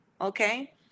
Okay